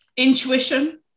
Intuition